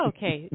Okay